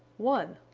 one!